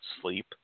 sleep